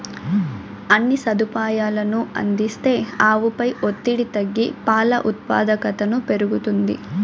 అన్ని సదుపాయాలనూ అందిస్తే ఆవుపై ఒత్తిడి తగ్గి పాల ఉత్పాదకతను పెరుగుతుంది